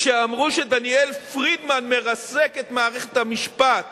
כשאמרו שדניאל פרידמן מרסק את מערכת המשפט